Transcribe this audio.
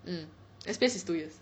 mm S_P_S is two years